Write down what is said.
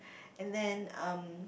any then um